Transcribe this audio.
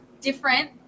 different